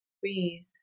Breathe